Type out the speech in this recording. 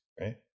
right